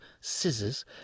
scissors